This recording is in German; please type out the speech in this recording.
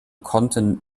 konnten